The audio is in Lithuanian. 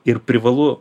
ir privalu